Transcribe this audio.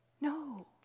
no